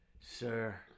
Sir